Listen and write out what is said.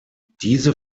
diese